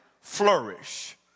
flourish